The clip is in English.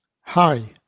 Hi